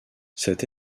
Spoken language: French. cette